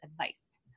advice